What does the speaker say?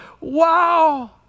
wow